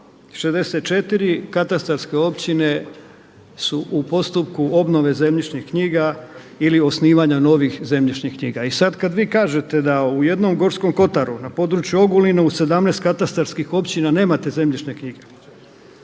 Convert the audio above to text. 64 katastarske općine su u postupku obnove zemljišnih knjiga ili osnivanja novih zemljišnih knjiga. I sad kad vi kažete da u jednom Gorskom kotaru na području Ogulina u 17 katastarskih općina nemate zemljišne knjige